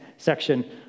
Section